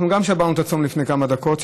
אנחנו גם שברנו את הצום לפני כמה דקות.